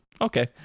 okay